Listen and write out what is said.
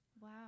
Wow